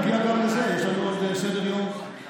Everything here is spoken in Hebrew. נגיע גם לזה, יש לנו עוד סדר-יום ארוך.